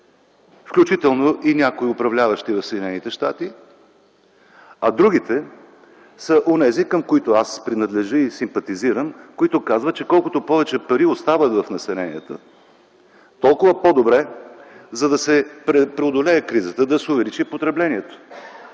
включително и някои управляващи в Съединените щати, а другите са онези, към които аз принадлежа и симпатизирам, които казват, че колкото повече пари остават в населението, е толкова по-добре, за да се преодолее кризата, да се увеличи подкреплението.